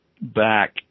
back